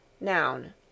noun